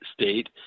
state